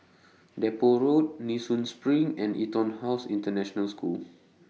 Depot Road Nee Soon SPRING and Etonhouse International School